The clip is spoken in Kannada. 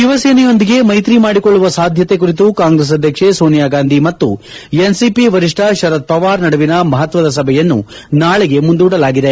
ಶಿವಸೇನೆಯೊಂದಿಗೆ ಮೈತ್ರಿ ಮಾಡಿಕೊಳ್ಳುವ ಸಾಧ್ಯತೆ ಕುರಿತು ಕಾಂಗ್ರೆಸ್ ಅಧ್ಯಕ್ಷೆ ಸೋನಿಯಾ ಗಾಂಧಿ ಮತ್ತು ಎನ್ಸಿಪಿ ವರಿಷ್ಣ ಶರದ್ ಪವಾರ್ ನಡುವಿನ ಮಹತ್ವದ ಸಭೆಯನ್ನು ನಾಳೆಗೆ ಮುಂದೂಡಲಾಗಿದೆ